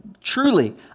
truly